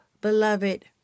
Beloved